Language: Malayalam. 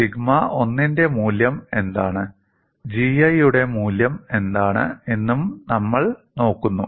സിഗ്മ 1 ന്റെ മൂല്യം എന്താണ് ജിഐയുടെ മൂല്യം എന്താണ് എന്നും നമ്മൾ നോക്കുന്നു